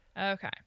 okay